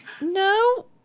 no